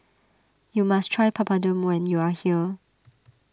you must try Papadum when you are here